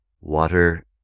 Water